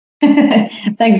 Thanks